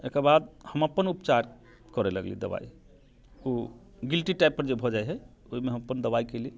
एकर बाद हम अपन उपचार करै लगली दवाइ ओ गिल्टी टाइपके जे भऽ जाइ है ओहिमे हम अपन दवाइ केली